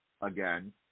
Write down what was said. again